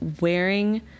wearing